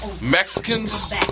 Mexicans